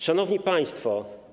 Szanowni Państwo!